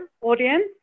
Audience